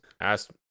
asked